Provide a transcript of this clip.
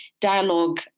dialogue